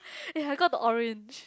ya I got to orange